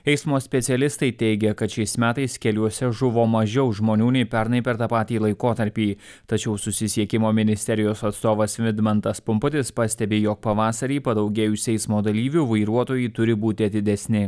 eismo specialistai teigia kad šiais metais keliuose žuvo mažiau žmonių nei pernai per tą patį laikotarpį tačiau susisiekimo ministerijos atstovas vidmantas pumputis pastebi jog pavasarį padaugėjus eismo dalyvių vairuotojai turi būti atidesni